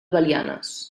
belianes